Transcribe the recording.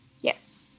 Yes